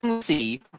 See